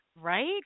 Right